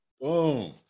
Boom